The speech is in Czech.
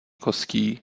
kostí